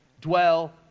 dwell